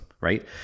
right